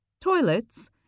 toilets